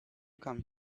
come